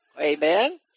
Amen